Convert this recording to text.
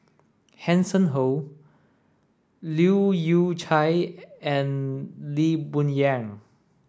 Hanson Ho Leu Yew Chye and Lee Boon Yang